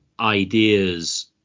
ideas